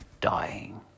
Dying